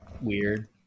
weird